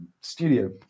studio